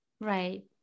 Right